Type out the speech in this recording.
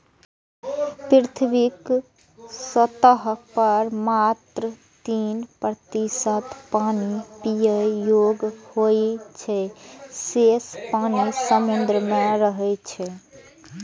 पृथ्वीक सतह पर मात्र तीन प्रतिशत पानि पीबै योग्य होइ छै, शेष पानि समुद्र मे रहै छै